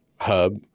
hub